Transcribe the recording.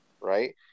right